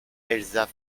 elsa